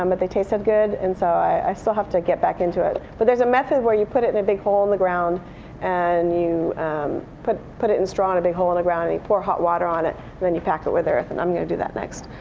um but they tasted good. and so, i still have to get back into it. but there's a method where you put it in a big hole in the ground and you put put it in straw in a big hole in the ground, and you pour hot water on it. then you pack it with earth. and i'm going to do that next.